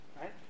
right